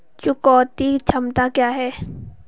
चुकौती क्षमता क्या है?